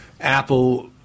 Apple